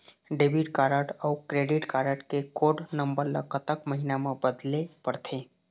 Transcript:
Debit card अऊ credit card के code number ला कतक महीना मा बदले पड़थे?